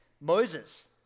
Moses